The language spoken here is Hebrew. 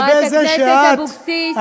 חברת הכנסת אבקסיס.